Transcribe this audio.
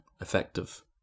effective